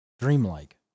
Dreamlike